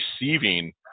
receiving